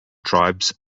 tribes